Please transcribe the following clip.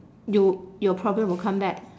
you your problem will come back